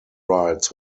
rights